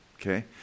okay